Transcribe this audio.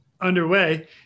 underway